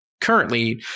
currently